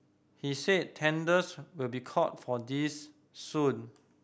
he said tenders will be called for this soon